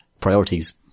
Priorities